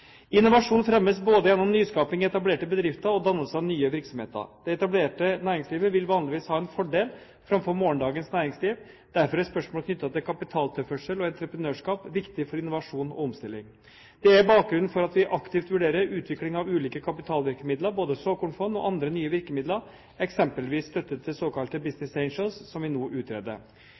Innovasjon fremmes både gjennom nyskaping i etablerte bedrifter og gjennom dannelse av nye virksomheter. Det etablerte næringslivet vil vanligvis ha en fordel framfor morgendagens næringsliv, derfor er spørsmål knyttet til kapitaltilførsel og entreprenørskap viktig for innovasjon og omstilling. Det er bakgrunnen for at vi aktivt vurderer utvikling av ulike kapitalvirkemidler, både såkornfond og andre nye virkemidler – eksempelvis støtte til såkalte Business Angels, som vi nå utreder.